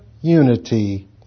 unity